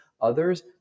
Others